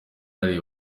ruhare